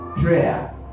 prayer